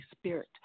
Spirit